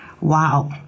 Wow